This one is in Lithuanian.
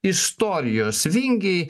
istorijos vingiai